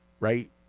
right